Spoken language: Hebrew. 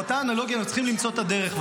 באותה אנלוגיה אנחנו צריכים למצוא את הדרך.